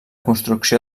construcció